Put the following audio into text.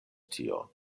tion